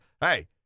hey